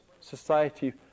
society